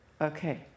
Okay